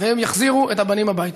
הם יחזירו את הבנים הביתה.